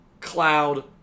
Cloud